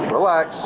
Relax